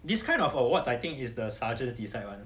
this kind of awards I think is the sergeants decide [one]